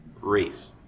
race